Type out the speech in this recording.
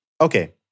okay